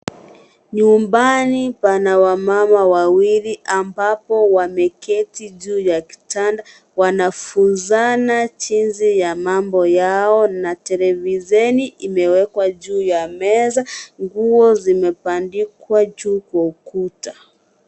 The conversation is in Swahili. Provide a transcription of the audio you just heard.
Nyumbani pana wamama waliwi ambapo wameketi juu ya kitanda, wanafunza jinsi ya mambo yao na televisheni imewekwa juu ya meza, nguo zimebandikwa juu kwa ukuta.